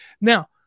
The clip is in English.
now